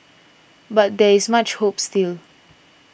but there is much hope still